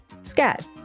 scat